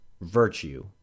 virtue